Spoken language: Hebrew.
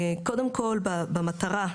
קודם כל במטרה,